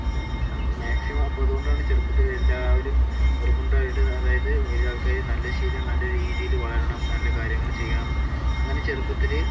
നമ്മള് മാക്സിമം അപ്പോൾ അതുകൊണ്ടാണ് ചെറുപ്പത്തിലെ എല്ലാവരും നിർബന്ധമായിട്ട് അതായത് ഒരാൾക്കാര് നല്ല ശീലം നല്ല രീതിയില് വളരണം നല്ല കാര്യങ്ങള് ചെയ്യണം അങ്ങനെ ചെറുപ്പത്തില്